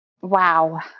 Wow